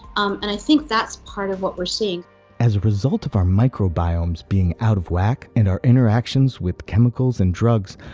and i think that's part of what we're seeing. and as a result of our microbiomes being out of whack, and our interactions with chemicals and drugs,